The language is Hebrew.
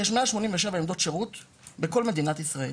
ישנן כ-187 עמדות שירות בכל מדינת ישראל,